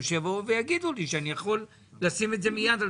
אבל שיבואו ויגידו לי שאני יכול לשים את זה מיד על